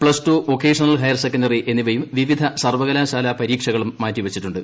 plus two vocational higher secondary എന്നിവയും വിവിധ സർവകലാശാലാ പരീക്ഷകളും മാറ്റിവച്ചിട്ടുണ്ട്